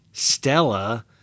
stella